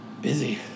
Busy